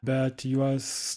bet juos